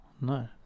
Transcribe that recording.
No